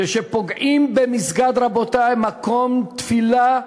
כשפוגעים במסגד, רבותי, מקום תפילה,